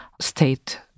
state